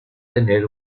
tener